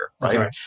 right